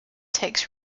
takes